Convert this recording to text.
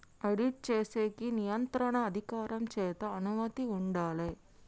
audit చేసేకి నియంత్రణ అధికారం చేత అనుమతి ఉండాలే